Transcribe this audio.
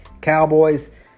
Cowboys